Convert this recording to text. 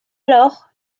lors